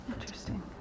interesting